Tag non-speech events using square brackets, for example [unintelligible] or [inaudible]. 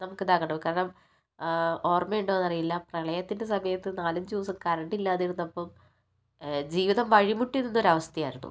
നമുക്ക് [unintelligible] കാരണം ഓർമ്മയുണ്ടോന്ന് അറിയില്ല പ്രളയത്തിൻ്റെ സമയത്ത് നാലഞ്ചു ദിവസം കറണ്ടില്ലാതെ ഇരുന്നപ്പം ജീവിതം വഴിമുട്ടി നിന്നൊര് അവസ്ഥയായിരുന്നു